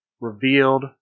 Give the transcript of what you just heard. revealed